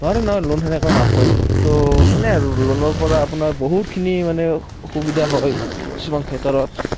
নোৱাৰে নহয় লোন সেনেকৈ মাফ কৰিব তো সেনে আৰু লোনৰ পৰা আপোনাৰ বহুতখিনি মানে অসুবিধা হয় কিছুমান ক্ষেত্ৰত